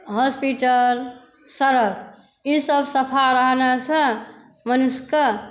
hospital सड़क ई सब सफा रहने सँ मनुष्य कऽ